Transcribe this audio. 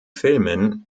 filmen